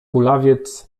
kulawiec